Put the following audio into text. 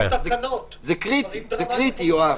זה קריטי, זה קריטי, יואב.